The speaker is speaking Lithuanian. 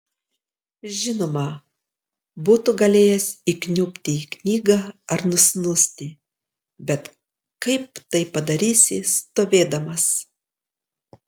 žinoma būtų galėjęs įkniubti į knygą ar nusnūsti bet kaip tai padarysi stovėdamas